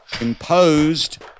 imposed